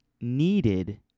needed